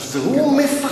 אז הוא מפחד.